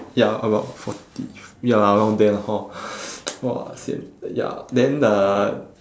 ya about forty f~ ya around there lah hor !wah! sian ya then uh